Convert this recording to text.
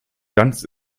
glanz